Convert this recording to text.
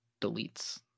deletes